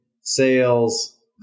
sales